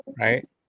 right